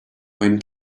when